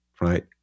right